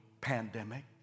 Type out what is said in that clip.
pandemic